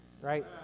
right